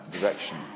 direction